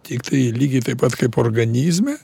tiktai lygiai taip pat kaip organizme